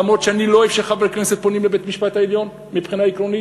למרות שאני לא אוהב שחברי כנסת פונים לבית-המשפט העליון מבחינה עקרונית.